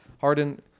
Harden